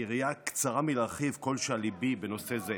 היריעה קצרה מלהרחיב כל שעל ליבי בנושא זה.